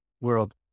world